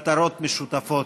מטרות משותפות.